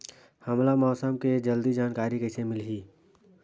हमला मौसम के जल्दी जानकारी कइसे मिलही?